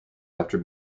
after